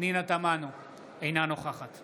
אינה נוכחת